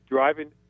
Driving